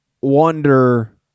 wonder